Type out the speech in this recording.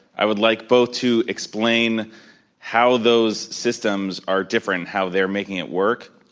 i would like both to explain how those systems are different, how they're making it work.